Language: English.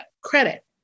credit